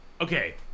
Okay